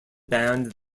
band